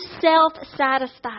self-satisfied